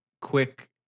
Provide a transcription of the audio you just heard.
quick